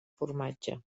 formatge